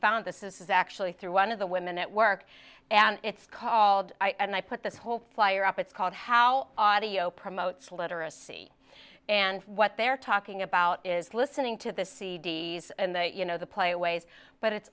found this is actually through one of the women at work and it's called and i put this whole flyer up it's called how audio promotes literacy and what they're talking about is listening to the c d s and that you know the play ways but it's